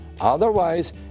Otherwise